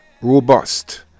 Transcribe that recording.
robust